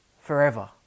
forever